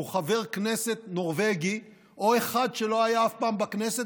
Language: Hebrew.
הוא חבר כנסת נורבגי או אחד שלא היה אף פעם בכנסת